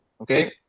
okay